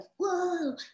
whoa